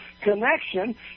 connection